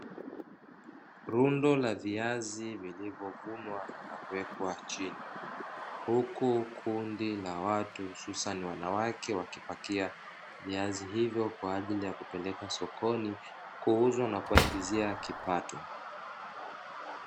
Rundo la viazi vilivyovunwa na kuwekwa chini huku kundi la watu hususani wanawake, wakipakia viazi hivyo kwa ajili ya kupeleka sokoni kuuzwa na kuwaingizia kipato.